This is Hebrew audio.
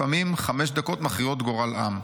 לפעמים חמש דקות מכריעות גורל עם.